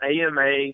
AMA